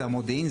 זה המודיעין,